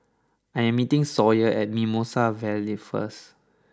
I am meeting Sawyer at Mimosa Vale first